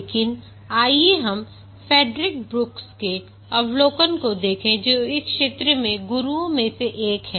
लेकिन आइए हम फ्रेडरिक ब्रूक्स के अवलोकन को देखें जो इस क्षेत्र में गुरुओं में से एक है